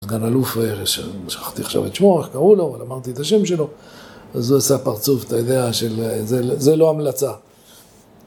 סגן אלוף, שכחתי עכשיו את שמו, איך קראו לו, אבל אמרתי את השם שלו, אז הוא עשה פרצוף אתה יודע של, זה לא המלצה